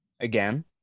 again